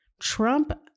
Trump